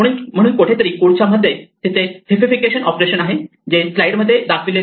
म्हणून कुठेतरी च्या कोड मध्ये तिथे हिप्पी फिकेशन ऑपरेशन आहे जे स्लाईडमध्ये दाखवलेले नाही